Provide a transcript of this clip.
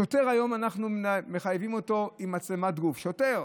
שוטר, היום אנחנו מחייבים אותו במצלמת גוף, שוטר,